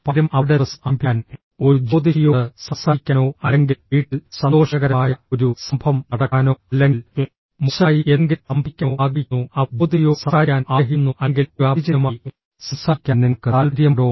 പലരും അവരുടെ ദിവസം ആരംഭിക്കാൻ ഒരു ജ്യോതിഷിയോട് സംസാരിക്കാനോ അല്ലെങ്കിൽ വീട്ടിൽ സന്തോഷകരമായ ഒരു സംഭവം നടക്കാനോ അല്ലെങ്കിൽ മോശമായി എന്തെങ്കിലും സംഭവിക്കാനോ ആഗ്രഹിക്കുന്നു അവർ ജ്യോതിഷിയോട് സംസാരിക്കാൻ ആഗ്രഹിക്കുന്നു അല്ലെങ്കിൽ ഒരു അപരിചിതനുമായി സംസാരിക്കാൻ നിങ്ങൾക്ക് താൽപ്പര്യമുണ്ടോ